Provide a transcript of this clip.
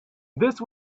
this